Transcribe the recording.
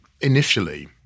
initially